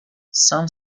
some